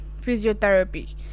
physiotherapy